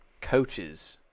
coaches –